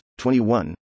21